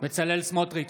בצלאל סמוטריץ'